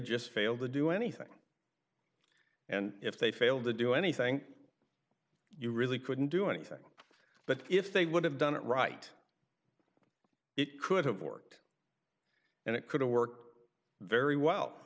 just failed to do anything and if they failed to do anything you really couldn't do anything but if they would have done it right it could have worked and it could've worked very well